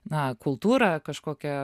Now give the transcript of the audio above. na kultūrą kažkokią